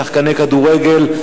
שחקני כדורגל,